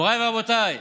מוריי ורבותיי,